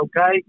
okay